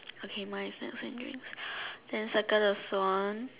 okay mine is milk and drinks then circle the Swan